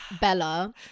bella